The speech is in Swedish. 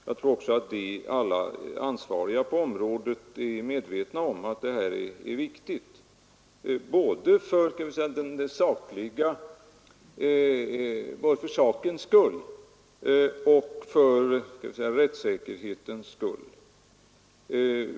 Jag tror också att alla ansvariga på området är medvetna om att det är viktigt både för sakens skull och för rättssäkerhetens skull.